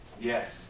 Yes